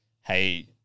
hey